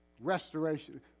restoration